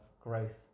growth